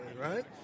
right